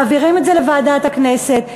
מעבירים את זה לוועדת הכנסת.